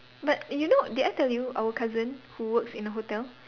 but you know did I tell you our cousin who works in a hotel